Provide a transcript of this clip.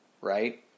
right